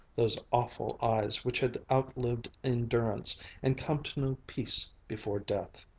those awful eyes which had outlived endurance and come to know peace before death.